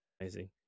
amazing